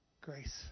Grace